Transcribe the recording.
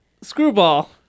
Screwball